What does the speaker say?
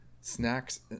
Snack's